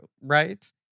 right